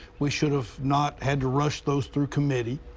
we should have not had to rush those through committee,